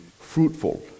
fruitful